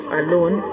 alone